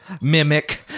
Mimic